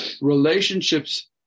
relationships